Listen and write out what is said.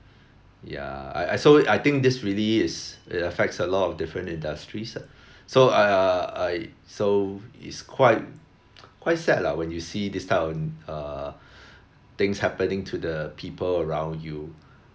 ya I I so I think this really is it affects a lot of different industries lah so I I so it's quite quite sad lah when you see this type of uh things happening to the people around you